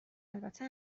البته